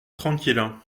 tranquille